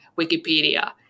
Wikipedia